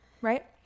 right